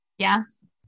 Yes